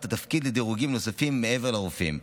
התפקיד לדירוגים נוספים מעבר לרופאים.